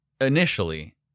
initially